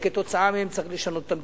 שכתוצאה מהם צריך לשנות את המדיניות.